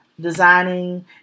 Designing